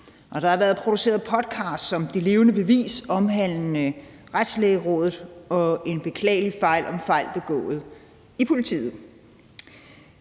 der har været produceret podcasts som »Det levende bevis« omhandlende Retslægerådet og »En beklagelig fejl« om fejl begået i politiet.